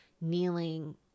kneeling